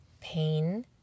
pain